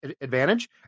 advantage